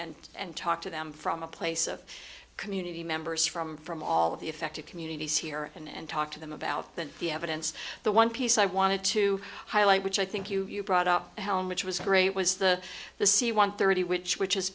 and and talk to them from a place of community members from from all of the affected communities here and talk to them about than the evidence the one piece i wanted to highlight which i think you brought up how much was great was the the c one thirty which which has